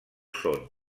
són